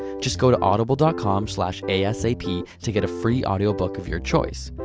just go to audible dot com slash asap to get a free audiobook of your choice.